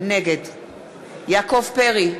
נגד יעקב פרי,